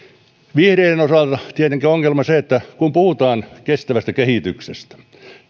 vihreiden osalta tietenkin on ongelma se että kun puhutaan kestävästä kehityksestä